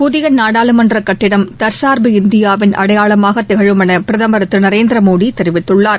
புதிய நாடாளுமன்ற கட்டிடம் தற்சார்பு இந்தியாவின் அடையாளமாகத் திகழும் என பிரதமர் திரு நரேந்திர மோடி தெரிவித்துள்ளார்